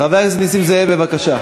חבר הכנסת נסים זאב, בבקשה.